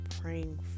praying